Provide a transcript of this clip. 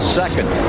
second